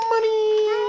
Money